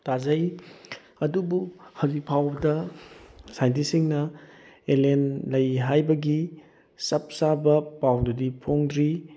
ꯇꯥꯖꯩ ꯑꯗꯨꯕꯨ ꯍꯧꯖꯤꯛ ꯐꯥꯎꯕꯗ ꯁꯥꯏꯟꯇꯤꯁꯁꯤꯡꯅ ꯑꯦꯂꯦꯟ ꯂꯩ ꯍꯥꯏꯕꯒꯤ ꯆꯞ ꯆꯥꯕ ꯄꯥꯎꯗꯨꯗꯤ ꯐꯣꯡꯗ꯭ꯔꯤ